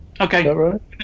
okay